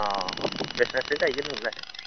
अ बेसेबांसो गायगोन नोंलाय